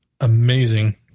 amazing